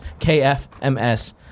KFMS